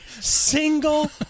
single